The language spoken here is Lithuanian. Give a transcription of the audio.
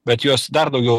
bet jos dar daugiau